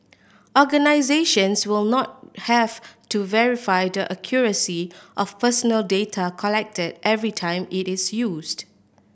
organisations will not have to verify the accuracy of personal data collected every time it is used